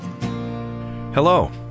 Hello